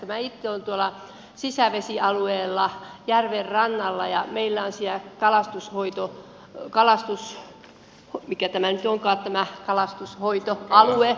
minä itse olen sisävesialueella järvenrannalla ja meillä on siellä kalastushoitoalue